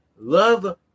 love